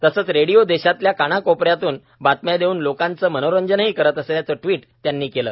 तसंच रेडियो देशातल्या कानाकोपऱ्यातून बातम्या देऊन लोकांचं मांनोरंजनही करीत असल्याच ट्वीट त्यांनी केल